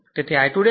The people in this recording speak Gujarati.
તેથી I2VZ છે